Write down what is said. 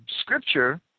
Scripture